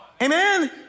Amen